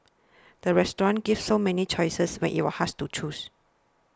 the restaurant gave so many choices when you are hard to choose